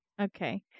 okay